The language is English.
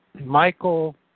Michael